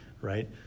right